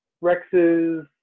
Rex's